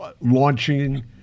launching